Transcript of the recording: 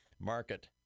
market